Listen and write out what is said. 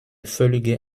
völlige